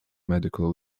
medical